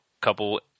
couple